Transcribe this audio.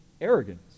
arrogance